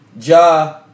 Ja